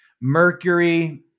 mercury